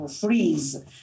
freeze